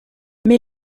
mais